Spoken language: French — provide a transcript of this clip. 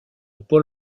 paul